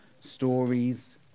stories